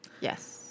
yes